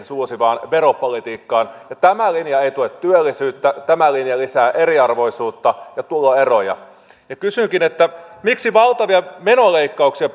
suosivaan veropolitiikkaan ja tämä linja ei tue työllisyyttä tämä linja lisää eriarvoisuutta ja tuloeroja kysynkin miksi valtavia menoleikkauksia